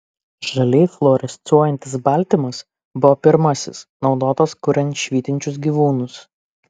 žaliai fluorescuojantis baltymas buvo pirmasis naudotas kuriant švytinčius gyvūnus